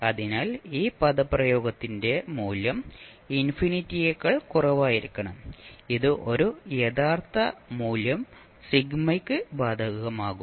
അതിനാൽ ഈ പദപ്രയോഗത്തിന്റെ മൂല്യം ഇൻഫിനിറ്റിയേക്കാൾ കുറവായിരിക്കണം ഇത് ഒരു യഥാർത്ഥ മൂല്യ സിഗ്മയ്ക്ക് ബാധകമാകും